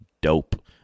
dope